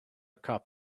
cup